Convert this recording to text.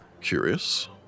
Curious